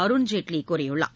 அருண்ஜேட்லி கூறியுள்ளார்